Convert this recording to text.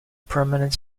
permanent